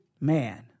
man